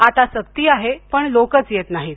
आता सक्ती आहे पण लोकच येत नाहीत